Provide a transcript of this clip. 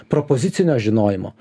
propozicinio žinojimo